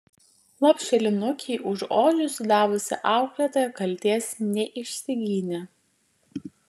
lopšelinukei už ožius sudavusi auklėtoja kaltės neišsigynė